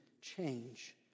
change